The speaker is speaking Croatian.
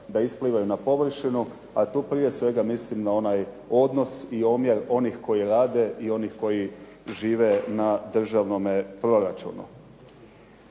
da isplivaju na površinu, a tu prije svega mislim na onaj odnos i omjer koji rade i oni koji žive na državnome proračunu.